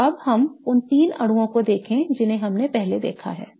तो अब हम उन तीन अणुओं को देखें जिन्हें हमने पहले देखा है